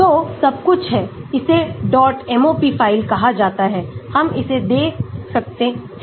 तो सब कुछ है इसे डॉट MOP फ़ाइल कहा जाता है हम इसे दे सकते हैं